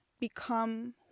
become